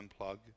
unplug